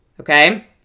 Okay